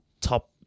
top